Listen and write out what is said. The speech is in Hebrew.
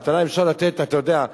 מתנה אפשר לתת, אתה יודע,